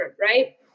right